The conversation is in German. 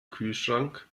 kühlschrank